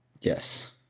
Yes